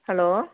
hello